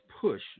push